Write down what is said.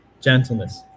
gentleness